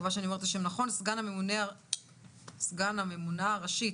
סגן הממונה הראשי